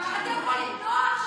אתה יכול למנוע עכשיו